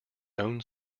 own